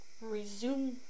resume